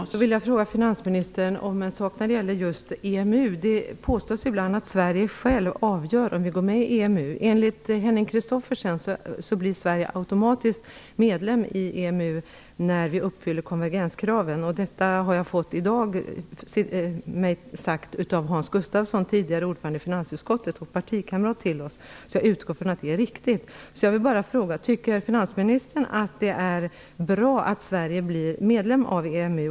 Herr talman! Jag vill fråga finansministern ett par saker angående EMU. Det påstås ibland att vi i Sverige själva skall avgöra om vi skall gå med i EMU. Enligt Henning Christophersen blir Sverige automatiskt medlem i EMU när Sverige uppfyller konvergenskraven. Hans Gustafsson, tidigare ordförande i finansutskottet och partikamrat till oss, har sagt detta till mig i dag. Jag utgår från att det är riktigt. Tycker finansministern att det är bra att Sverige blir medlem av EMU?